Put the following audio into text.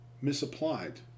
misapplied